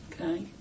Okay